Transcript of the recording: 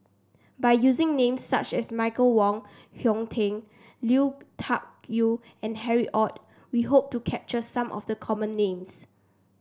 by using names such as Michael Wong Hong Teng Lui Tuck Yew and Harry Ord we hope to capture some of the common names